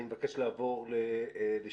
אני מבקש לעבור ליוסי פתאל,